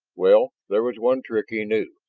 well, there was one trick, he knew.